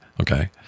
Okay